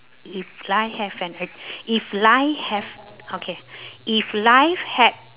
if life have an ach~ if life have okay if life had